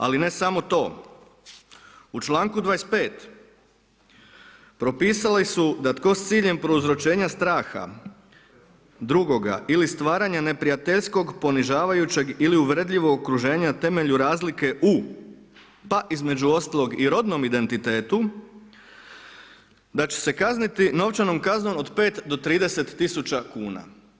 Ali ne samo to, u članku 25. propisali su da tko s ciljem prouzročenja straha drugoga ili stvaranja neprijateljskog ponižavajućeg ili uvredljivog okruženja na temelju razlike u, pa između ostalog i rodnom identitetu, da će se kazniti novčanom kaznom od 5 do 30 000 kuna.